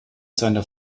seiner